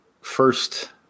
first